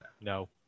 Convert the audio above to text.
No